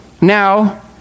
Now